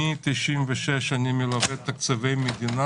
מ-1996 אני מלווה את תקציבי המדינה.